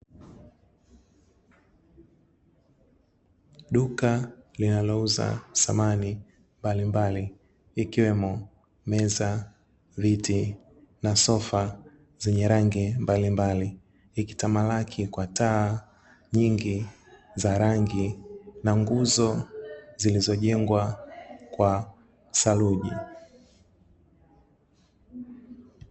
Duka linalouza samani mbalimbali ikiwemo: meza, viti na sofa zenye rangi mbalimbali likitamalaki kwa taa nyingi za rangi na nguzo zilizojengwa kwa saruji.